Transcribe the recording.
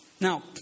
Now